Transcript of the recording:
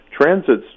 Transit's